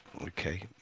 Okay